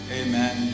amen